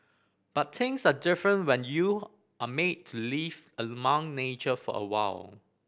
but things are different when you're made to live among nature for awhile